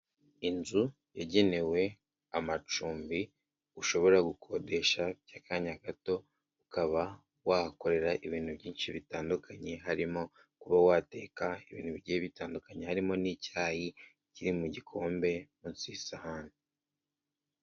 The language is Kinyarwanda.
Inzu yagenewe amacumbi ushobora gukodesha by'akanya gato ukaba wahakorera ibintu byinshi bitandukanye harimo kuba wateka ibintu bigiye bitandukanye harimo n'icyayi kiri mu gikombe munsi y'isahani.